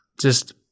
just-